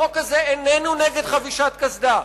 החוק הזה אינו נגד חבישת קסדה,